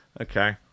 Okay